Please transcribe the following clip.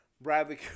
Bradley